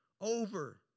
Over